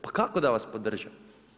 Pa kako da vas podržim?